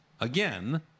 Again